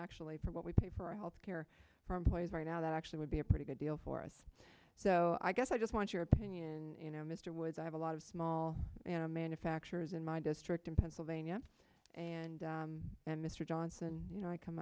actually for what we pay for health care for employees right now that actually would be a pretty good deal for us so i guess i just want your opinion you know mr woods i have a lot of small manufacturers in my district in pennsylvania and and mr johnson you know i come